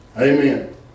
Amen